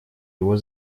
его